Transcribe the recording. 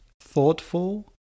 thoughtful